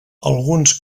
alguns